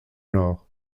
nord